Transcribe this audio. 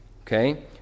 Okay